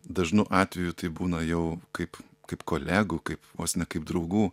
dažnu atveju tai būna jau kaip kaip kolegų kaip vos ne kaip draugų